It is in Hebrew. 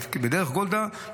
בדרך גולדה,